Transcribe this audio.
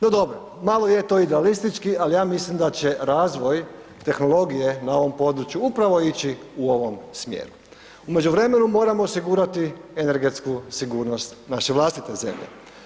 No dobro, malo je to idealistički, al ja mislim da će razvoj tehnologije na ovom području upravo ići u ovom smjeru, u međuvremenu moramo osigurati energetsku sigurnost naše vlastite zemlje.